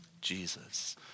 Jesus